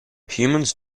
humans